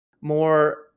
more